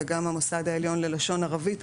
וגם המוסד העליון ללשון ערבית,